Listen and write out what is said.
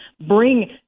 bring